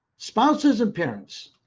spouses and parents.